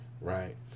right